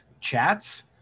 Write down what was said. chats